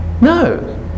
No